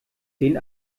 den